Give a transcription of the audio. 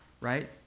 right